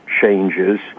changes